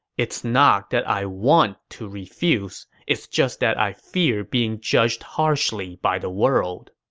it's not that i want to refuse it's just that i fear being judged harshly by the world.